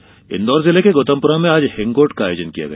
हिंगोट इन्दौर जिले के गौतमपुरा में आज हिंगोट का आयोजन किया गया